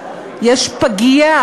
היה פיילוט.